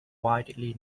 widely